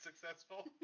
successful